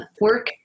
work